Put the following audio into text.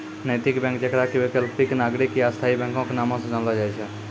नैतिक बैंक जेकरा कि वैकल्पिक, नागरिक या स्थायी बैंको के नामो से जानलो जाय छै